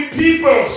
people